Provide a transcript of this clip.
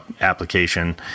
application